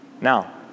Now